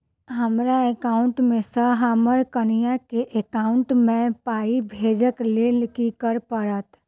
हमरा एकाउंट मे सऽ हम्मर कनिया केँ एकाउंट मै पाई भेजइ लेल की करऽ पड़त?